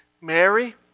Mary